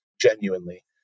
genuinely